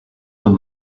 when